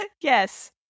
Yes